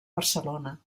barcelona